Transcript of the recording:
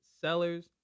Sellers